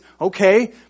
Okay